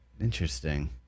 Interesting